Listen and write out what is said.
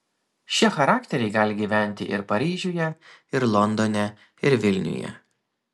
šie charakteriai gali gyventi ir paryžiuje ir londone ir vilniuje